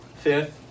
Fifth